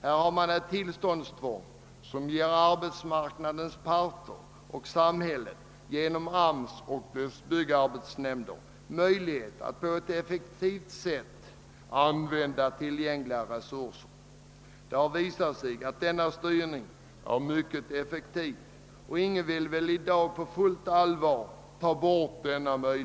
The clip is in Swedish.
Där förekommer ett tillståndstvång, som ger arbetsmarknadens parter och samhället genom AMS och dess byggarbetsnämnder möjlighet att på ett effektivt sätt använda tillgängliga resurser. Denna styrning har visat sig vara mycket effektiv, och ingen vill väl i dag på fullt allvar ta bort den.